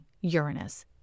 Uranus